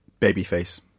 babyface